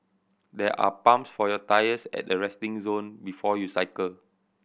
there are pumps for your tyres at the resting zone before you cycle